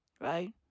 Right